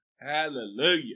Hallelujah